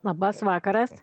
labas vakaras